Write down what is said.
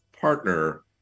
partner